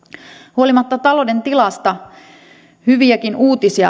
huolimatta talouden tilasta hyviäkin uutisia